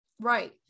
right